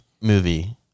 movie